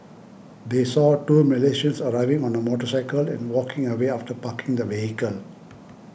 they saw two Malaysians arriving on a motorcycle and walking away after parking the vehicle